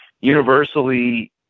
universally